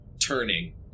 turning